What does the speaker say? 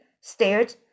stared